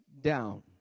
down